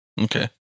Okay